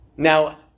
Now